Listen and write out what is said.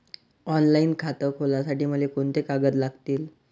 Online खातं खोलासाठी मले कोंते कागद लागतील?